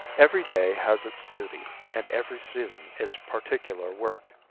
every day has its duty and every season its particular work,